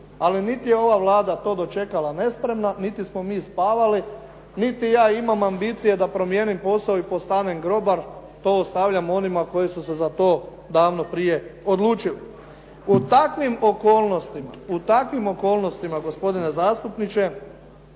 ali niti je ova Vlada to dočekala nespremna, niti smo mi spavali, niti ja imam ambicije da promijenim posao i postanem grobar. To ostavljam onima koji su se za to davno prije odlučili. U takvim okolnostima, u takvim okolnostima, gospodine zastupniče,